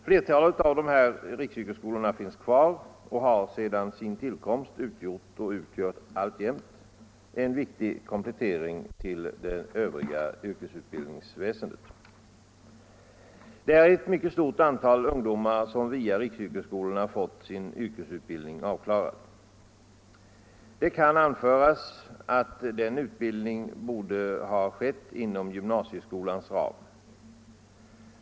Flertalet av dessa riksyrkesskolor finns kvar och har sedan sin tillkomst utgjort, och utgör alltjämt, en viktig komplettering till det övriga yrkesutbildningsväsendet. Det är ett mycket stort antal ungdomar som via riksyrkesskolorna fått sin yrkesutbildning avklarad. Det kan anföras att den utbildningen borde ha skett inom gymnasieskolans ram.